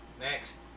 next